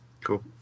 Cool